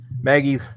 Maggie